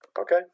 Okay